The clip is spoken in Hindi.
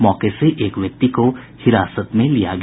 मौके से एक व्यक्ति को हिरासत में लिया गया